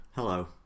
Hello